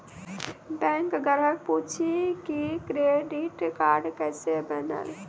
Bank ग्राहक पुछी की क्रेडिट कार्ड केसे बनेल?